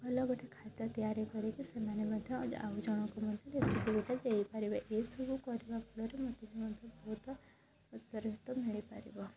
ଭଲ ଗୋଟେ ଖାଦ୍ୟ ତିଆରି କରିକି ସେମାନେ ମଧ୍ୟ ଆଉ ଜଣଙ୍କୁ ମଧ୍ୟ ରେସୀପି ଗୋଟେ ଦେଇପାରିବେ ଏସବୁ କରିବା ଫଳରେ ମୋତେ ବହୁତ ଉତ୍ସାହିତ ମିଳି ପାରିବ